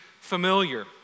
familiar